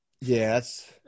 Yes